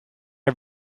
are